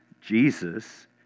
Jesus